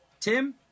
Tim